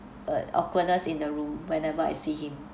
uh awkwardness in the room whenever I see him